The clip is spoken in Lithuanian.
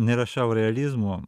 nerašau realizmo